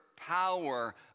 power